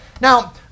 now